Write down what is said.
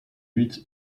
huit